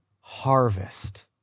harvest